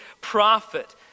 prophet